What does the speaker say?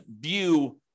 view